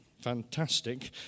fantastic